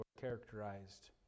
characterized